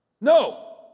no